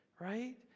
right